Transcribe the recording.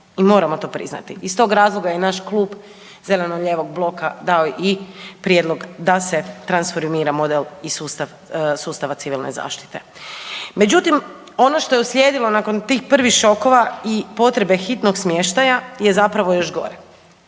i moramo to priznati. I iz tog razloga i naš Klub zeleno-lijevog bloka dao i prijedlog da se transformira model i sustav, sustava civilne zaštite. Međutim, ono što je uslijedilo nakon tih prvih šokova i potrebe hitnog smještaja je zapravo još gore.